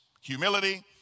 humility